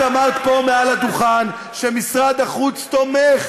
את אמרת פה מעל הדוכן שמשרד החוץ תומך,